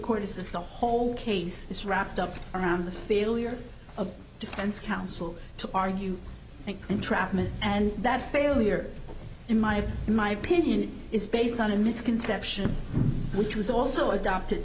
court is that the whole case is wrapped up around the failure of defense counsel to argue entrapment and that failure in my in my opinion is based on a misconception which was also adopted